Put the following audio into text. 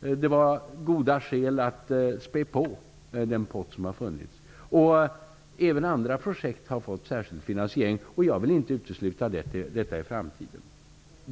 det var goda skäl för att späcka upp den pott som fanns. Även andra projekt har fått särskild finansiering, och jag vill inte utesluta detta i framtiden.